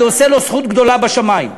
אני עושה לו זכות גדולה בשמים.